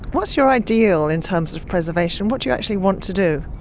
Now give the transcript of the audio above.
what's your ideal in terms of preservation, what do you actually want to do?